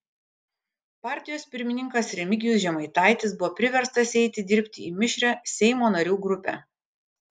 partijos pirmininkas remigijus žemaitaitis buvo priverstas eiti dirbti į mišrią seimo narių grupę